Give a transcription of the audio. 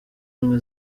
ubumwe